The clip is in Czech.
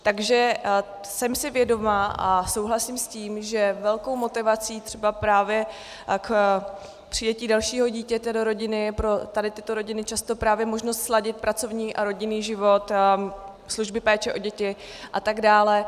Takže jsem si vědoma a souhlasím s tím, že velkou motivací třeba právě k přijetí dalšího dítěte do rodiny je pro tyto rodiny často právě možnost sladit pracovní a rodinný život, služby péče o děti atd.